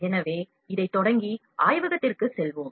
எனவே இப்போது ஆய்வகத்திற்குச் செல்வோம்